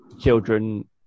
children